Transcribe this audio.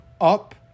up